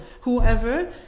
whoever